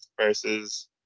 versus